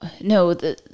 No